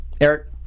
Eric